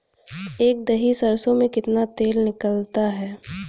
एक दही सरसों में कितना तेल निकलता है?